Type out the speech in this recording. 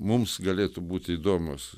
mums galėtų būti įdomūs